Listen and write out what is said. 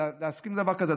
ולהסכים לדבר כזה?